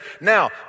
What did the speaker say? now